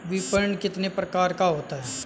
विपणन कितने प्रकार का होता है?